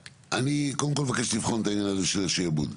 אני קודם כל, מבקש לבחון את העניין הזה של השעבוד.